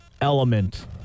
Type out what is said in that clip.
element